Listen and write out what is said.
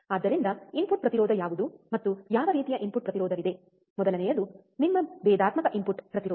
ಆದ್ದರಿಂದ ಇನ್ಪುಟ್ ಪ್ರತಿರೋಧ ಯಾವುದು ಮತ್ತು ಯಾವ ರೀತಿಯ ಇನ್ಪುಟ್ ಪ್ರತಿರೋಧವಿದೆ ಮೊದಲನೆಯದು ನಿಮ್ಮ ಭೇದಾತ್ಮಕ ಇನ್ಪುಟ್ ಪ್ರತಿರೋಧ